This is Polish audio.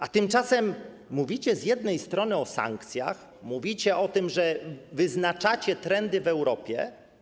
A tymczasem mówicie z jednej strony o sankcjach, mówicie o tym, że wyznaczacie trendy w Europie.